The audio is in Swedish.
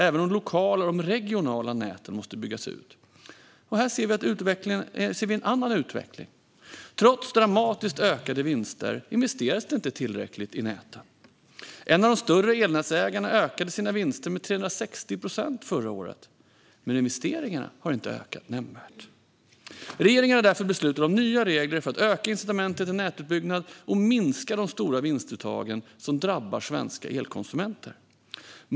Även de lokala och de regionala näten måste byggas ut, och här ser vi en annan utveckling. Trots dramatiskt ökade vinster investeras det inte tillräckligt i näten. En av de större elnätsägarna ökade sina vinster med 360 procent förra året. Men investeringarna har inte ökat nämnvärt. Regeringen har därför beslutat om nya regler för att öka incitamenten till nätutbyggnad och minska de stora vinstuttagen, som drabbar svenska elkonsumenter.